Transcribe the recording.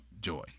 joy